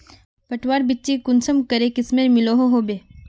पटवार बिच्ची कुंसम करे किस्मेर मिलोहो होबे?